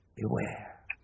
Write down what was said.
Beware